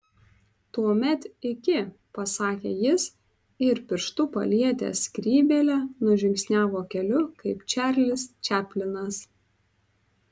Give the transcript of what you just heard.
tuomet iki pasakė jis ir pirštu palietęs skrybėlę nužingsniavo keliu kaip čarlis čaplinas